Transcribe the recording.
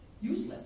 useless